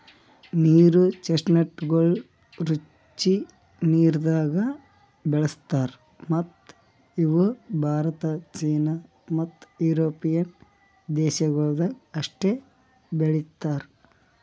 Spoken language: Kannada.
ನೀರು ಚೆಸ್ಟ್ನಟಗೊಳ್ ರುಚಿ ನೀರದಾಗ್ ಬೆಳುಸ್ತಾರ್ ಮತ್ತ ಇವು ಭಾರತ, ಚೀನಾ ಮತ್ತ್ ಯುರೋಪಿಯನ್ ದೇಶಗೊಳ್ದಾಗ್ ಅಷ್ಟೆ ಬೆಳೀತಾರ್